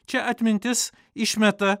čia atmintis išmeta